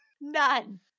None